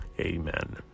Amen